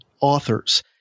authors